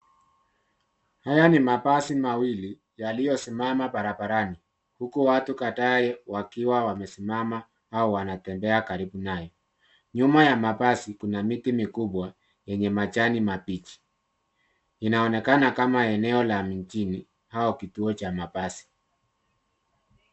Haya ni mabasi mawili yaliyosimama barabarani huku watu kadhaa wakiwa wamesimama au wanatembea karibu nayo. Nyuma ya mabasi kuna miti mikubwa yenye majani mabichi. Inaonekana kama eneo la mijini au kituo cha mabasi.